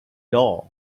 door